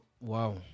Wow